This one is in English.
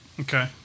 Okay